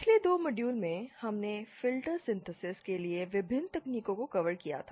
पिछले 2 मॉड्यूल में हमने फ़िल्टर सिंथेसिस के लिए विभिन्न तकनीकों को कवर किया था